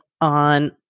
on